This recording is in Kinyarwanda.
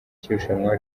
cy’irushanwa